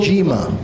Jima